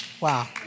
Wow